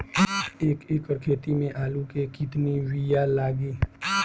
एक एकड़ खेती में आलू के कितनी विया लागी?